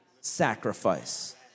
sacrifice